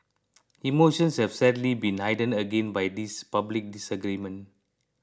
emotions have sadly been heightened again by this public disagreement